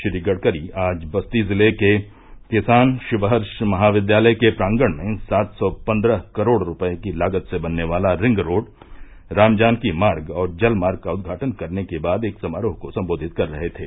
श्री गड़करी आज बस्ती जिले के किसान शिवहर्ष महाविद्यालय के प्रांगण में सात सौ पन्द्रह करोड़ रूपये की लागत से बनने वाला रिंगरोड रामजानकी मार्ग और जलमार्ग का उद्घाटन करने के बाद एक समारोह को सम्बोधित कर रहे थे